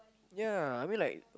ya I mean like